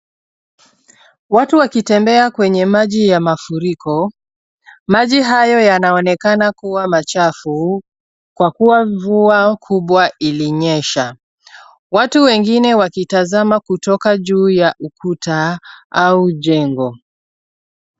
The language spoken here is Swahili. Watu wakitembea kwenye maji ya mafuriko. Maji hayo yanaonekana kuwa machafu kwa kuwa mvua kubwa ilinyesha. Watu wengine wakitazama kutoka juu ya ukuta au jengo.